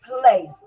place